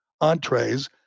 entrees